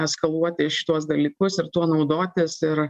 eskaluoti šituos dalykus ir tuo naudotis ir